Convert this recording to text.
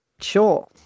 sure